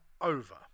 Over